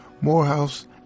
Morehouse